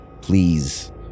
Please